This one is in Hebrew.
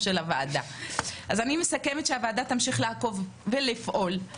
אז אני מסכמת שהוועדה תמשיך לעקוב ולפעול,